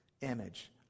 image